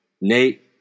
Nate